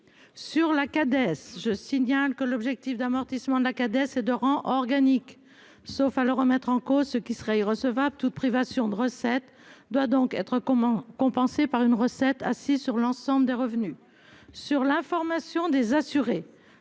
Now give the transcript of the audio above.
sur la cadette. Je signale que l'objectif d'amortissement de la cadets ces deux rangs organique, sauf à le remettre en cause ce qui serait recevable toute privation de recettes doit donc être comment compenser par une recette assis sur l'ensemble des revenus sur l'information des assurés.